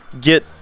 get